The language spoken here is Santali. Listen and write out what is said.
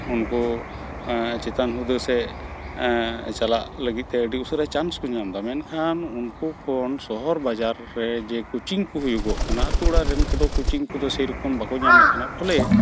ᱩᱱᱠᱚ ᱪᱮᱛᱟᱱ ᱦᱩᱫᱟᱹ ᱥᱮᱪ ᱪᱟᱞᱟᱜ ᱞᱟᱹᱜᱤᱫᱛᱮ ᱟᱹᱰᱤ ᱩᱥᱟᱹᱨᱟ ᱪᱟᱱᱥᱠᱚ ᱧᱟᱢᱮᱫᱟ ᱢᱮᱱᱠᱷᱟᱱ ᱩᱱᱠᱚᱠᱷᱚᱱ ᱥᱚᱦᱚᱨᱼᱵᱟᱡᱟᱨ ᱨᱮ ᱡᱮ ᱠᱚᱪᱤᱝᱠᱚ ᱦᱩᱭᱩᱜᱚᱜ ᱠᱟᱱᱟ ᱟᱹᱛᱩᱼᱚᱲᱟᱜᱨᱮᱱ ᱩᱱᱠᱚᱫᱚ ᱠᱳᱪᱤᱝ ᱠᱚᱫᱚ ᱥᱮᱨᱚᱠᱚᱢ ᱵᱟᱠᱚ ᱧᱟᱢᱮᱫ ᱠᱟᱱᱟ ᱯᱷᱚᱞᱮ